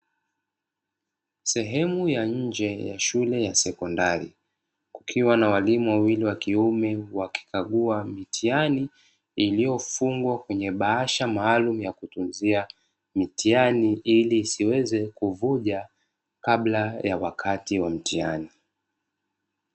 Sehemu ya nje ya shule ya sekondari, ikiwa na walimu wawili wa kiume wakikagua mitihani iliyofungwa kwenye bahasha maalumu ya kutunzia mitihani, ili isiweze kuvuja kabla ya wakati wa mtihani.